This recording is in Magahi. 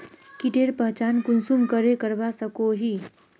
कीटेर पहचान कुंसम करे करवा सको ही?